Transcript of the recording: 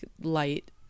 light